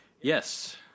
Yes